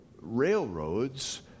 railroads